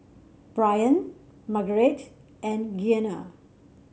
Brian Margeret and Gianna